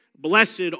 blessed